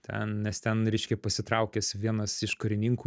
ten nes ten reiškia pasitraukęs vienas iš karininkų